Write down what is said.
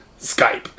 Skype